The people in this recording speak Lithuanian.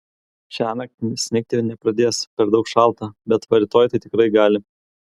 šiąnakt snigti nepradės per daug šalta bet va rytoj tai tikrai gali